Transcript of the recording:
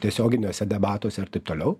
tiesioginiuose debatuose ir taip toliau